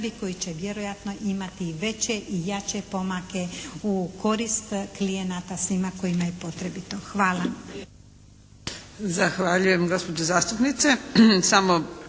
koji će vjerojatno imati i veće i jače pomake u korist klijenata svima kojima je potrebito. Hvala.